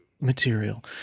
material